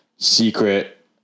secret